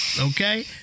Okay